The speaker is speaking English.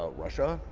ah russia,